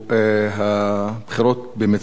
הבחירות במצרים,